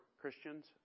Christians